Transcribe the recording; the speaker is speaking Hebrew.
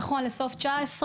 נכון לסוף 2019,